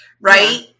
right